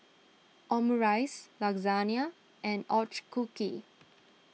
Omurice Lasagne and Ochazuke